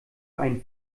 einen